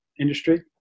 industry